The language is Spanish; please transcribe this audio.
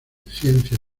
ciencia